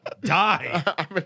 Die